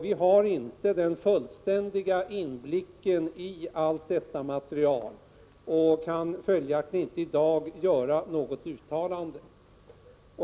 Vi har inte någon fullständig inblick i allt detta material och kan följaktligen inte i dag göra något uttalande.